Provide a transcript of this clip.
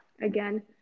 Again